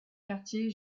quartier